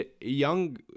Young